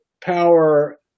power